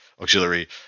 auxiliary